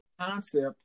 concept